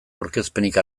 aurkezpenik